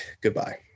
Goodbye